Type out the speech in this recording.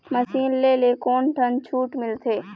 Machine ले ले कोन ठन छूट मिलथे?